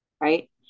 Right